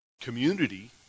community